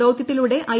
ദൌത്യത്തി ലൂടെ ഐ